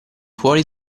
fuori